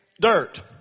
dirt